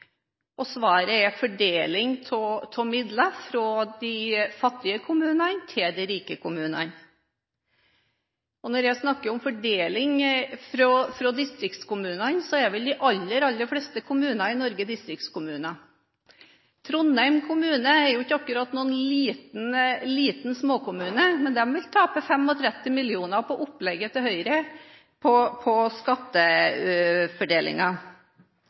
og fordeling av midler fra de fattige kommunene til de rike kommunene. Og når vi snakker om fordeling fra distriktskommunene: De aller, aller fleste kommuner i Norge er vel distriktskommuner. Trondheim kommune er jo ikke akkurat noen liten småkommune, men de vil tape 35 mill. kr på opplegget til Høyre